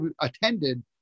attended